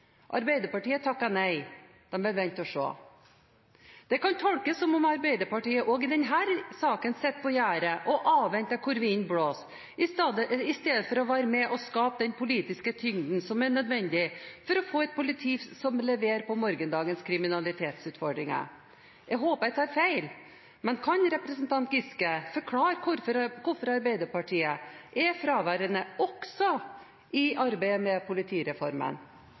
Arbeiderpartiet takket nei, de ville vente og se. Det kan tolkes som om Arbeiderpartiet også i denne saken sitter på gjerdet og avventer hvilken vei vinden blåser, istedenfor å være med og skape den politiske tyngden som er nødvendig for å få et politi som leverer på morgendagens kriminalitetsutfordringer. Jeg håper jeg tar feil. Men kan representanten Giske forklare hvorfor Arbeiderpartiet er fraværende også i arbeidet med politireformen?